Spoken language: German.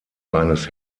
eines